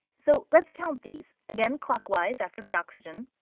so let's count these again, clockwise after the oxygen.